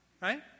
right